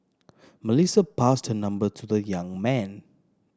Melissa passed her number to the young man